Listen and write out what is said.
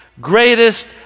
greatest